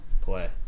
play